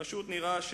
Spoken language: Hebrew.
פשוט נראה,